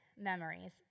memories